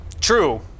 True